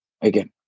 again